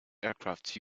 aircraft